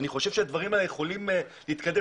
אני חושב שהדברים האלה יכולים להתקדם.